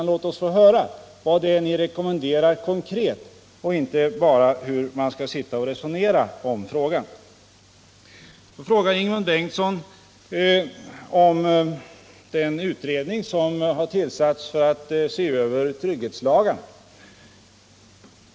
Låt oss få höra vad ni konkret rekommenderar, inte bara förslag till hur man skall resonera om frågan! Ingemund Bengtsson frågar också om den utredning som har tillsatts för att se över trygghetslagarna.